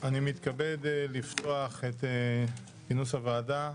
אני מתכבד לפתוח את ישיבת הוועדה.